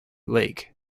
lake